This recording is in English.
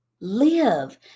live